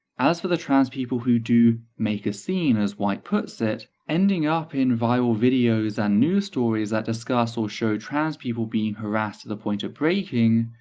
as for the trans people who do make a scene as white puts it, ending up in viral videos and news stories that discuss or show trans people being harrassed to the point of breaking,